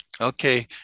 Okay